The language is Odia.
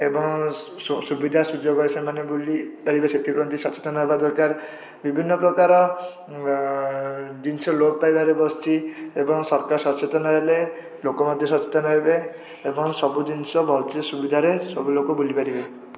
ଏବଂ ସୁ ସୁବିଧା ସୁଯୋଗ ସେମାନେ ବୁଲି ପାରିବେ ସେଥିପ୍ରତି ସଚେତନ ହେବା ଦରକାର ବିଭିନ୍ନପ୍ରକାର ଜିନିଷ ଲୋପ ପାଇବାରେ ବସିଛି ଏବଂ ସରକାର ସଚେତନ ହେଲେ ଲୋକ ମଧ୍ୟ ସଚେତନ ହେବେ ଏବଂ ସବୁ ଜିନିଷ ଭଲସେ ସୁବିଧାରେ ସବୁ ଲୋକ ବୁଲିପାରିବେ